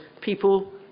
people